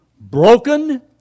broken